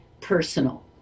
personal